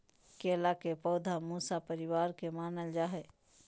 केला के पौधा मूसा परिवार के मानल जा हई